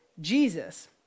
Jesus